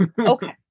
okay